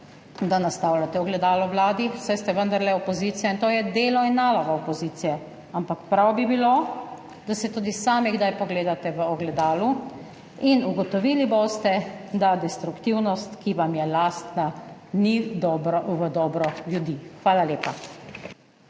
da nastavljate ogledalo vladi, saj ste vendarle opozicija, in to je delo in naloga opozicije. Ampak prav bi bilo, da se tudi sami kdaj pogledate v ogledalo, in ugotovili boste, da destruktivnost, ki vam je lastna, ni v dobro ljudi. Hvala lepa.